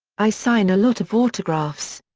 i sign a lot of autographs.